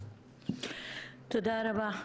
תודה רבה.